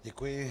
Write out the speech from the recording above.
Děkuji.